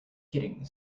getting